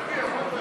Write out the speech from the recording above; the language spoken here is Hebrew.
נתקבל.